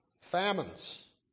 Famines